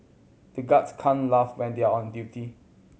the guards can't laugh when they are on duty